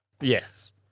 Yes